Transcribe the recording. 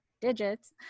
digits